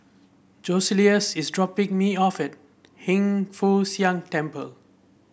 Joseluis is dropping me off at Hin Foo Siang Temple